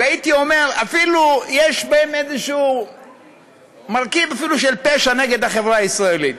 והייתי אומר שאפילו יש בהם מרכיב של פשע נגד החברה הישראלית.